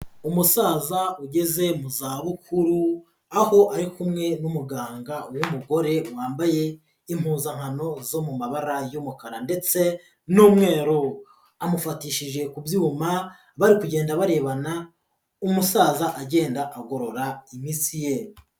Umusaza ugeze mu zabukuru, aho ari kumwe n'umuganga w'umugore wambaye impuzankano zo mu mabara y'umukara ndetse n'umweru. Amufatishije ku byuma, bari kugenda barebana, umusaza agenda agorora imitsi ye.